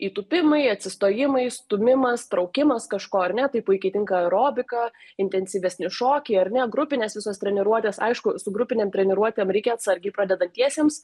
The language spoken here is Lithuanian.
įtūpimai atsistojimai stūmimas traukimas kažko ar ne tai puikiai tinka aerobika intensyvesni šokiai ar ne grupinės visos treniruotės aišku su grupinėm treniruotėm reikia atsargiai pradedantiesiems